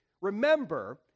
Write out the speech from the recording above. remember